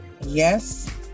Yes